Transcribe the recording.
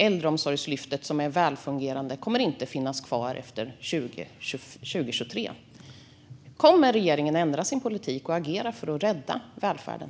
Äldreomsorgslyftet, som är välfungerande, kommer inte att finnas kvar efter 2023. Kommer regeringen att ändra sin politik och agera för att rädda välfärden?